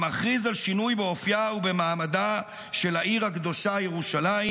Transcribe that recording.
המכריז על שינוי באופייה ובמעמדה של העיר הקדושה ירושלים,